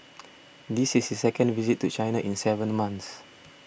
this is his second visit to China in seven months